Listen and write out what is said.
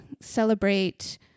celebrate